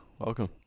welcome